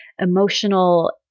emotional